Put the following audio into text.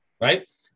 right